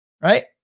Right